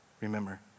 remember